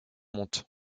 monte